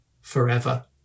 forever